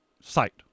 site